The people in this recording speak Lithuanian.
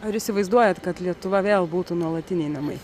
ar įsivaizduojate kad lietuva vėl būtų nuolatiniai namai